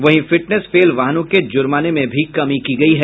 वहीं fitness fail वाहनों के ज़र्माने में भी कमी की गयी है